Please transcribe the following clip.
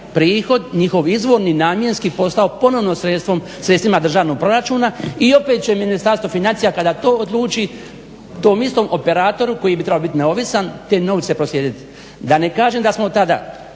prihod, njihov izvorni namjenski postao ponovno sredstvima državnog proračuna i opet će Ministarstvo financija kada to odluči tom istom operatoru koji bi trebao biti neovisan te novce proslijediti. Da ne kažem da smo tada